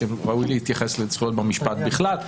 שראוי להתייחס לזכויות במשפט בכלל.